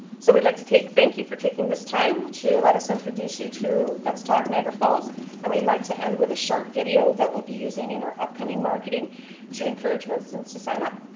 so we'd like to thank you for taking this time to let us introduce you to let's talk niagara falls and we'd like to end with a short video that we'll be using in our upcoming marketing to encourage residents to sign up.